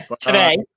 Today